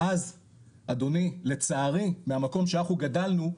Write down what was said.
אז אדוני לצערי מהמקום שאנחנו גדלנו,